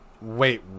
Wait